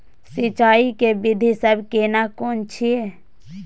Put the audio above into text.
सिंचाई के विधी सब केना कोन छिये?